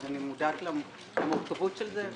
אבל אני מודעת למורכבות של זה.